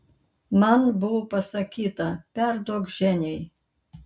man buvo pasakyta perduok ženiai